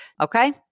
Okay